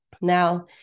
now